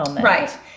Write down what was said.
Right